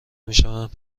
میشوند